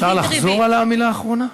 אפשר לחזור על המילה האחרונה?